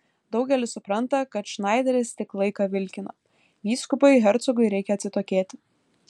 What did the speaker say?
daugelis supranta kad šnaideris tik laiką vilkina vyskupui hercogui reikia atsitokėti